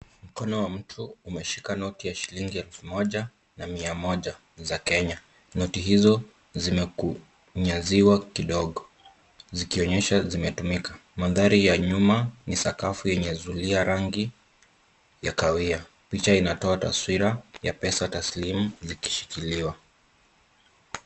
Mkono wa mtu umeshika noti ya shilingi elfu moja na mia moja za Kenya. Noti hizo zimekunyanziwa kidogo zikionyesha zimetumika. Mandhari ya nyuma ni sakafu yenye zulia rangi ya kahawia. Picha inatoa taswira ya pesa taslim zikishikiliwa.